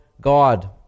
God